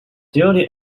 duly